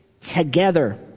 Together